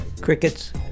crickets